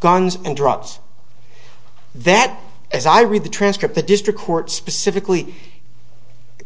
guns and drugs that as i read the transcript the district court specifically